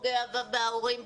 פוגע בהורים,